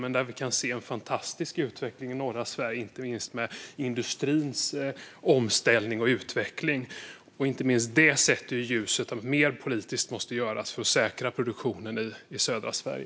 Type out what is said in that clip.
Men vi kan se en fantastisk utveckling i norra Sverige, inte minst med industrins omställning och utveckling. Inte minst det sätter ljuset på att mer måste göras politiskt för att säkra produktionen i södra Sverige.